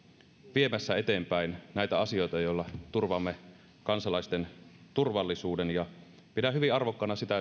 viemässä eteenpäin näitä asioita joilla turvaamme kansalaisten turvallisuuden pidän hyvin arvokkaana sitä